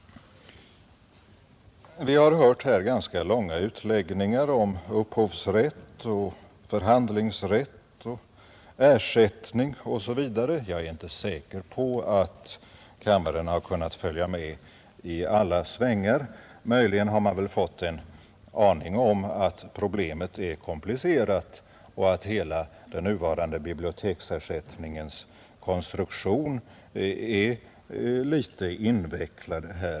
Vi har här hört ganska långa utläggningar om upphovsrätt, förhandlingsrätt, ersättning osv. Jag är inte säker på att kammaren har kunnat följa med i alla svängar; möjligen har man väl fått en aning om att problemet är komplicerat och att hela den nuvarande biblioteksersättningens konstruktion är litet invecklad.